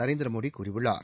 நரேந்திர மோடி கூறியுள்ளார்